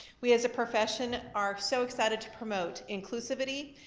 we as a profession are so excited to promote inclusivity,